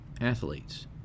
athletes